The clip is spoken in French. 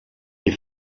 les